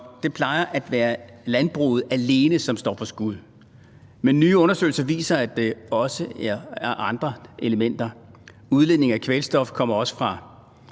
Det plejer at være landbruget alene, som står for skud, men nye undersøgelser viser, at der også er andre elementer. Udledningen af kvælstof kommer også fra